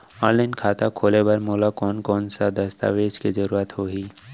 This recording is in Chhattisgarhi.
ऑनलाइन खाता खोले बर मोला कोन कोन स दस्तावेज के जरूरत होही?